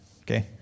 okay